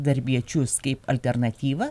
darbiečius kaip alternatyvą